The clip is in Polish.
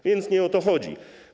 A więc nie o to chodzi.